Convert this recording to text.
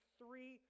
three